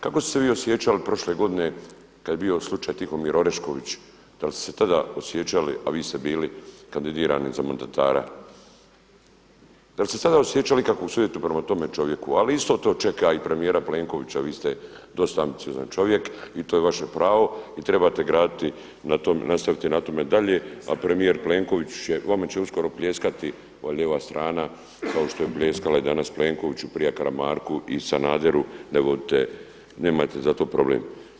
Kako ste se vi osjećali prošle godine kada je bio slučaj Tihomir Orešković, da li ste se tada osjećali a vi ste bili kandidirani za mandatara, da li ste tada osjećali ikakvu suitu prema tome čovjeku, ali isto to čeka i premijera Plenkovića, vi ste dosta ambiciozan čovjek i to je vaše pravo i trebate graditi, nastaviti na tome dalje, a premijer Plenković će, vama će uskoro pljeskati ova lijeva strana kao što je pljeskala i danas Plenkoviću, prije Karamarku i Sanaderu … nemate za to problem.